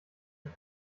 mit